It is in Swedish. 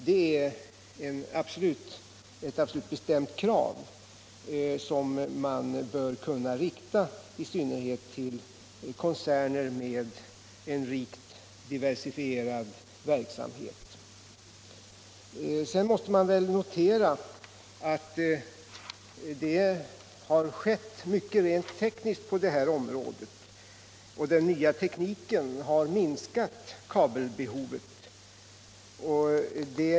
Det är ett bestämt krav, som man i synnerhet bör kunna ställa på koncerner med en rikt diversifierad verksamhet. Sedan måste man väl notera att det har skett mycket rent tekniskt på det här området, och den nya tekniken har minskat kabelbehovet.